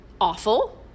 awful